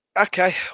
Okay